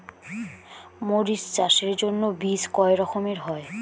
মরিচ চাষের জন্য বীজ কয় রকমের হয়?